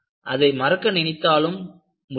அதை மறக்க நினைத்தாலும் கூட முடியாது